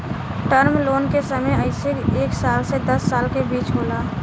term loan के समय अइसे एक साल से दस साल के बीच होला